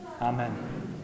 Amen